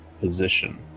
position